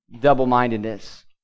double-mindedness